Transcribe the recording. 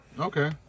Okay